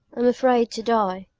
i'm afraid to die.